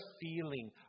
feeling